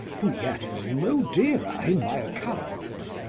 who yet is no dearer in my account.